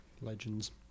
Legends